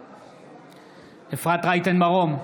בעד אפרת רייטן מרום,